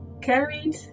carried